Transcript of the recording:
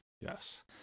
Yes